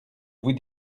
vous